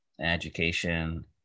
education